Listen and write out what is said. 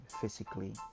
physically